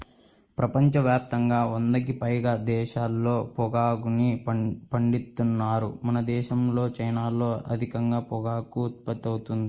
ప్రపంచ యాప్తంగా వందకి పైగా దేశాల్లో పొగాకుని పండిత్తన్నారు మనదేశం, చైనాల్లో అధికంగా పొగాకు ఉత్పత్తి అవుతుంది